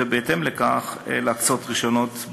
ובהתאם לכך, להקצות רישיונות.